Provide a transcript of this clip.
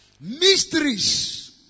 Mysteries